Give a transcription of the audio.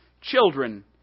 Children